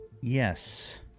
Yes